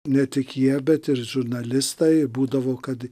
ne tik jie bet ir žurnalistai būdavo kad